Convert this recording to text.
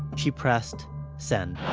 she pressed send.